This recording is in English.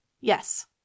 Yes